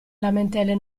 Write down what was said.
lamentele